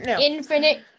Infinite